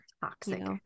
Toxic